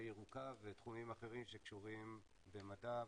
ירוקה ותחומים אחרים שקשורים במדע וטכנולוגיה.